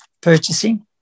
purchasing